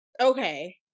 Okay